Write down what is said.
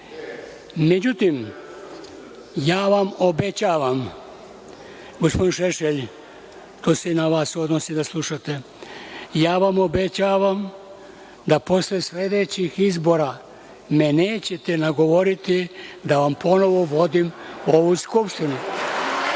kraju.Međutim, ja vam obećavam, gospodine Šešelj, to se i na vas odnosi, da slušate, ja vam obećavam da posle sledećih izbora me nećete nagovoriti da vam ponovo vodim ovu Skupštinu.